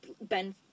Ben